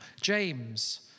James